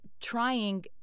trying